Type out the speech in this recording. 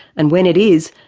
and when it is,